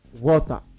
water